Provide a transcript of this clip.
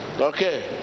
Okay